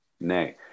nay